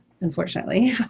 unfortunately